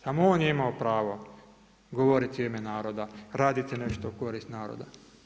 Samo on je imao pravo govoriti u ime naroda, raditi nešto u korist naroda.